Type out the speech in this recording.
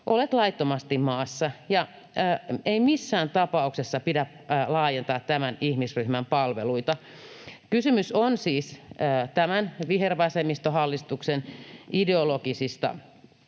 olet laittomasti maassa. Ei missään tapauksessa pidä laajentaa tämän ihmisryhmän palveluita. Kysymys on siis tämän vihervasemmistohallituksen ideologisista